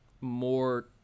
more